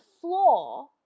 floor